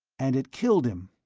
and it killed him!